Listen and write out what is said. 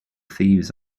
thieves